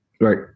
Right